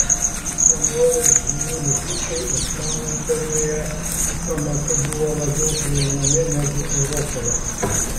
senovės žinių likučiai osmanų imperijoje tuo metu buvo labiau prieinami negu europoje